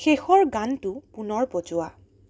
শেষৰ গানটো পুনৰ বজোৱা